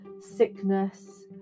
sickness